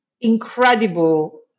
incredible